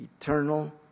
Eternal